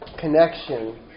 connection